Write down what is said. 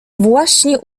właśnie